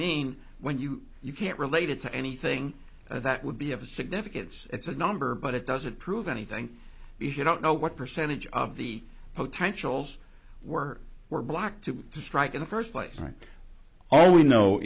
mean when you you can't relate it to anything that would be of a significance it's a number but it doesn't prove anything if you don't know what percentage of the potentials were were black to the strike in the first place right all we know